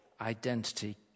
identity